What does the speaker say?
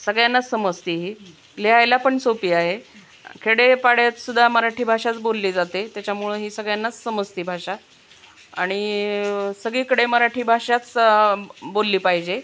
सगळ्यांनाच समजते ही लिहायला पण सोपी आहे खेडेपाड्यातसुद्धा मराठी भाषाच बोलली जाते त्याच्यामुळं ही सगळ्यांनाच समजते भाषा आणि सगळीकडे मराठी भाषाच बोलली पाहिजे